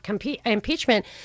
impeachment